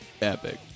Epic